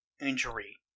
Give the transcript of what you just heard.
Injury